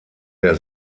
der